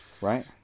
Right